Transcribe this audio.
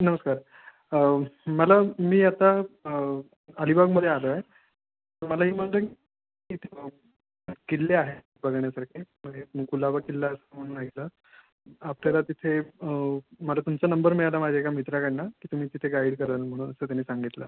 नमस्कार मला मी आता अलीबागमध्ये आलो आहे मला ही माहिती इथे किल्ले आहेत बघण्यासारखे म्हणजे कुलाबा किल्ला म्हणून ऐकला आपल्याला तिथे मला तुमचा नंबर मिळाला माझ्या एका मित्राकडून की तुम्ही तिथे गाईड कराल म्हणून असं त्याने सांगितलं